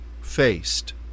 faced